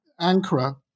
Ankara